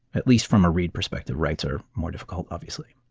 at least from a read perspective. writes are more difficult, obviously.